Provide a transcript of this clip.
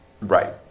right